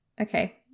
okay